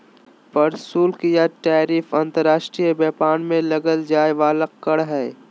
प्रशुल्क या टैरिफ अंतर्राष्ट्रीय व्यापार में लगल जाय वला कर हइ